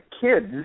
kids